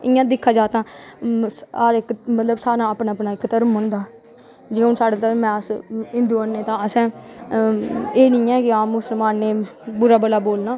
इंया दिक्खा जा ते सारा मतलब अपना अपना धर्म होंदा हून जियां साढ़े धर्म च अस हिंदु धर्म ऐ ते एह् निं ऐ की मुसलमानें ई भला बुरा मन्नना